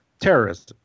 terrorism